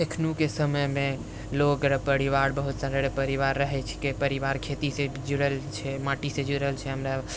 एखनुके समयमे लोकरे परिवार बहुत सारारे परिवार रहै छिके परिवार खेतीसँ जुड़ल छै माटिसँ जुड़ल छै हमरा